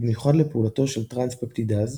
ובמיוחד לפעולתו של טרנספפטידאז,